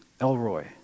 Elroy